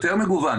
יותר מגוון,